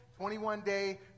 21-day